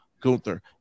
Gunther